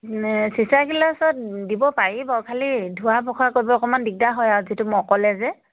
চিচাৰ গিলাছত দিব পাৰিব খালি ধোৱা পখলা কৰিব অকণমান দিগদাৰ হয় আৰু যিহেতু মই অকলে যে